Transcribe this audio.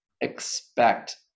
expect